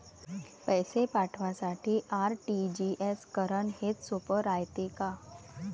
पैसे पाठवासाठी आर.टी.जी.एस करन हेच सोप रायते का?